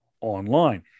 online